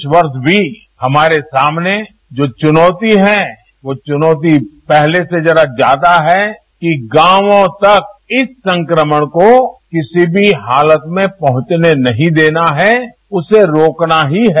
इस वर्ष भी हमारे सामने जो चुनौती है वो चुनौती पहले से जरा ज्यादा है कि गांवों तक इस संक्रमण को किसी भी हालत में पहुंचने नहीं देना है उसे रोकना ही है